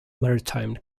maritime